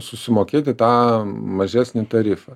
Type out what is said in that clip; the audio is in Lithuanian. susimokėti tą mažesnį tarifą